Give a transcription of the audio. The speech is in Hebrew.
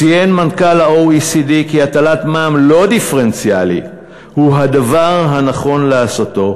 ציין מנכ"ל ה-OECD כי הטלת מע"מ לא דיפרנציאלי היא הדבר הנכון לעשותו,